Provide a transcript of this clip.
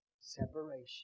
Separation